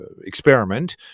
experiment